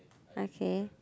okay